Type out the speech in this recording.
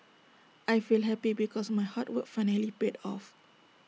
I feel happy because my hard work finally paid off